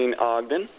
Ogden